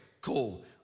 cool